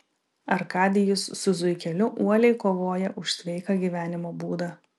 arkadijus su zuikeliu uoliai kovoja už sveiką gyvenimo būdą